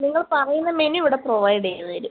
നിങ്ങൾ പറയുന്ന മെനു ഇവിടെ പ്രൊവൈഡ് ചെയ്തു തരും